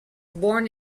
born